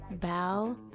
Bow-